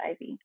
IV